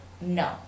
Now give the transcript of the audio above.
No